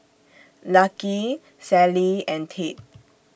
Lucky Sallie and Tate